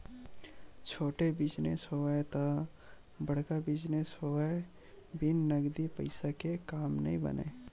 छोटे बिजनेस होवय ते बड़का बिजनेस होवय बिन नगदी पइसा के काम नइ बनय